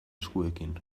eskuekin